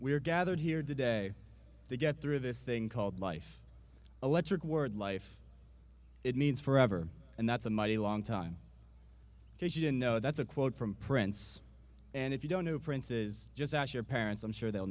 we are gathered here today to get through this thing called life electric word life it means forever and that's a mighty long time because you know that's a quote from prince and if you don't know prince's just ask your parents i'm sure they'll